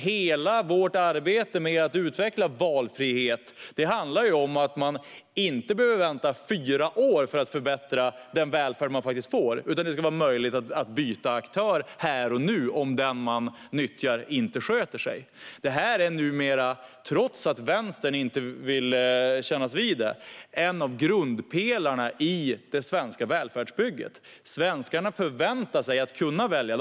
Hela vårt arbete med att utveckla valfrihet handlar om att man inte behöver vänta fyra år för att förbättra den välfärd man faktiskt får, utan det ska vara möjligt att byta aktör här och nu om den man nyttjar inte sköter sig. Det här är numera, trots att Vänstern inte vill kännas vid det, en av grundpelarna i det svenska välfärdsbygget. Svenskarna förväntar sig att kunna välja.